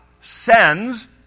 sends